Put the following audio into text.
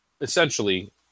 essentially